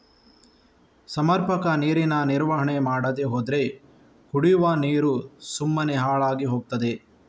ಸಮರ್ಪಕ ನೀರಿನ ನಿರ್ವಹಣೆ ಮಾಡದೇ ಹೋದ್ರೆ ಕುಡಿವ ನೀರು ಸುಮ್ಮನೆ ಹಾಳಾಗಿ ಹೋಗ್ತದೆ